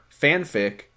fanfic